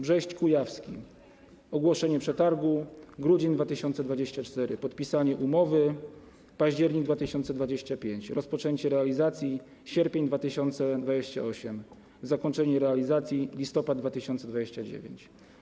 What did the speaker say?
Brześć Kujawski - ogłoszenie przetargu: grudzień 2024, podpisanie umowy: październik 2025, rozpoczęcie realizacji: sierpień 2028, zakończenie realizacji: listopad 2029.